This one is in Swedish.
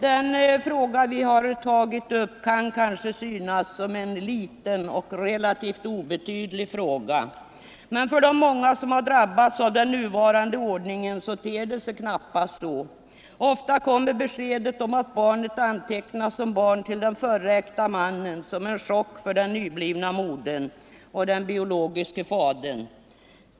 Den fråga vi tagit upp kan kanske synas liten och obetydlig. Men för de många som drabbats av den nuvarande ordningen ter det sig knappast så. Ofta kommer beskedet om att barnet antecknats som barn till den förre äkta mannen som en chock för den nyblivna modern och den biologiske Nr 109 fadern.